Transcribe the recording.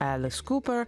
elis kuper